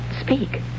speak